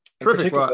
Perfect